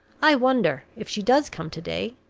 i wonder, if she does come to-day,